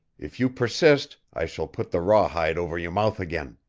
if you persist i shall put the rawhide over your mouth again.